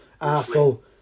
Arsenal